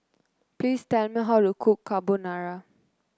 please tell me how to cook Carbonara